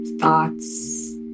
thoughts